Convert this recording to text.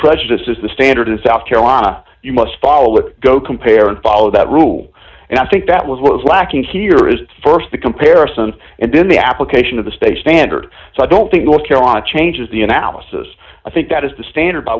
prejudice is the standard in south carolina you must follow with go compare and follow that rule and i think that was what is lacking here is st the comparisons and then the application of the state standard so i don't think north carolina changes the analysis i think that is the standard by